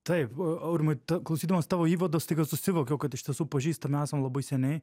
tai a aurimai ta klausydamas tavo įvado staiga susivokiau kad iš tiesų pažįstami esam labai seniai